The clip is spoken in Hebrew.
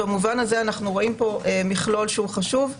במובן זה אנו רואים פה מכלול חשוב.